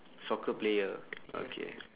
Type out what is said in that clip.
soccer player okay